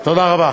תודה רבה.